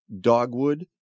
dogwood